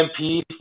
MP